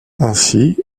ainsi